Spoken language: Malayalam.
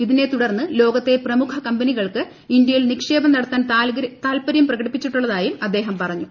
ഇതിനെ തുടർന്ന് ലോകത്തെ പ്രമുഖ കമ്പനികൾക്ക് ഇന്ത്യയിൽ നിക്ഷേപം നടത്താൻ താൽപര്യം പ്രകടിപ്പിച്ചിട്ടുള്ളതായും അദ്ദേഹം പറഞ്ഞു